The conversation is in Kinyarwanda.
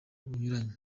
bunyuranye